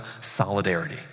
solidarity